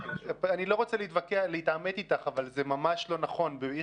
אני לא רוצה להתעמת איתך אבל זה ממש לא נכון.